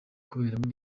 kuberamo